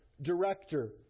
director